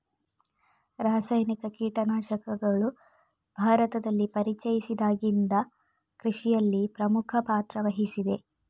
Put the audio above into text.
ರಾಸಾಯನಿಕ ಕೀಟನಾಶಕಗಳು ಭಾರತದಲ್ಲಿ ಪರಿಚಯಿಸಿದಾಗಿಂದ ಕೃಷಿಯಲ್ಲಿ ಪ್ರಮುಖ ಪಾತ್ರ ವಹಿಸಿದೆ